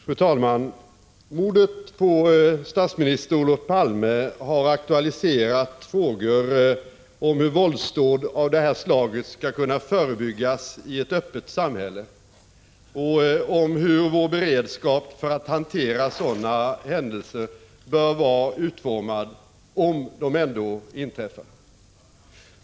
Fru talman! Mordet på statsminister Olof Palme har aktualiserat frågor om hur våldsdåd av detta slag skall kunna förebyggas i ett öppet samhälle och om hur vår beredskap för att hantera sådana händelser bör vara utformad — om de ändå inträffar.